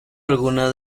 algunas